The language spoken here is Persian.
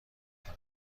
کنم